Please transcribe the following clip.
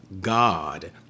God